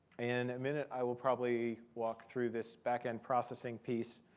in a minute, i will probably walk through this back end processing piece.